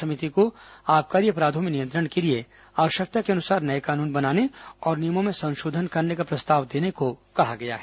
समिति को आबकारी अपराधों में नियंत्रण के लिए आवश्यकता के अनुसार नए कानून बनाने और नियमों में संशोधन करने का प्रस्ताव देने को कहा गया है